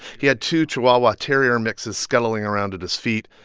he had two chihuahua-terrier mixes scuttling around at his feet,